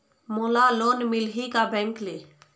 मोला लोन मिलही का बैंक ले?